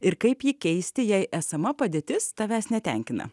ir kaip jį keisti jei esama padėtis tavęs netenkina